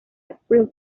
april